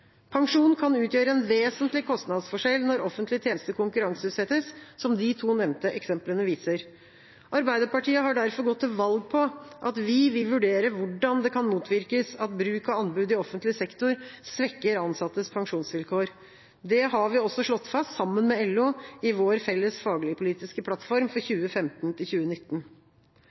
Pensjon kan utgjøre en vesentlig kostnadsforskjell når offentlige tjenester konkurranseutsettes, som de to nevnte eksemplene viser. Arbeiderpartiet har derfor gått til valg på at vi vil vurdere hvordan det kan motvirkes at bruk av anbud i offentlig sektor svekker ansattes pensjonsvilkår. Det har vi også slått fast sammen med LO i vår felles fagligpolitiske plattform for